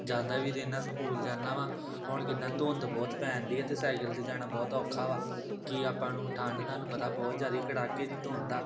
ਜਾਂਦਾ ਵੀ ਰਹਿੰਦਾ ਸਕੂਲ ਜਾਂਦਾ ਹਾਂ ਹੁਣ ਕਿੱਦਾਂ ਧੁੰਦ ਬਹੁਤ ਪੈਂਦੀ ਹੈ ਤਾਂ ਸਾਈਕਲ 'ਤੇ ਜਾਣਾ ਬਹੁਤ ਔਖਾ ਵਾ ਕਿ ਆਪਾਂ ਨੂੰ ਠੰਡ ਤੁਹਾਨੂੰ ਪਤਾ ਬਹੁਤ ਜ਼ਿਆਦਾ ਕੜਾਕੇ ਦੀ ਧੁੰਦ ਆ